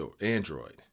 Android